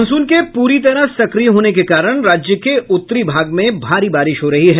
monsoon के पूरी तरह सक्रिय होने के कारण राज्य के उत्तरी भाग में भारी बारिश हो रही है